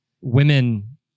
Women